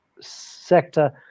sector